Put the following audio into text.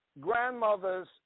grandmothers